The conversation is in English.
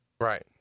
right